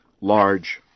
large